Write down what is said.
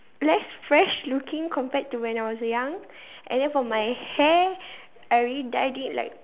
less fresh looking compared to when I was young and then for my hair I already dyed it like